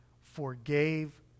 forgave